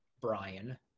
Brian